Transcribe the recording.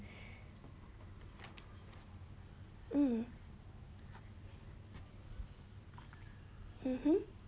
mm mmhmm